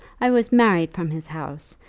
i was married from his house.